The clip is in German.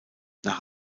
nach